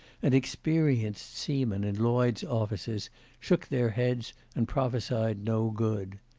and experienced seamen in lloyd's offices shook their heads and prophesied no good.